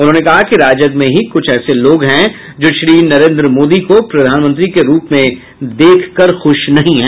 उन्होंने कहा कि राजग में ही कुछ ऐसे लोग हैं जो श्री नरेंद्र मोदी को प्रधानमंत्री के रूप में देखकर ख्श नहीं हैं